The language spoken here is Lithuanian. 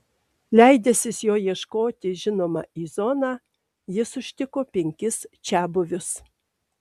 leidęsis jo ieškoti žinoma į zoną jis užtiko penkis čiabuvius